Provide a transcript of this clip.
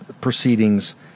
proceedings